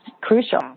crucial